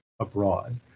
abroad